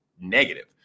negative